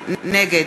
כן,